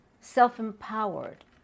self-empowered